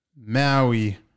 Maui